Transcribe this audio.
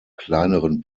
kleineren